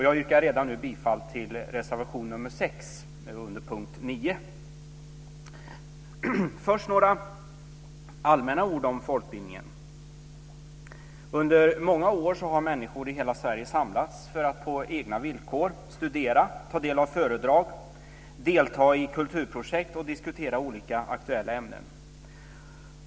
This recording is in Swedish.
Jag yrkar redan nu bifall till reservation nr 6 under punkt Först några allmänna ord om folkbildningen. Under många år har människor i hela Sverige samlats för att på egna villkor studera, ta del av föredrag, delta i kulturprojekt och diskutera olika aktuella ämnen.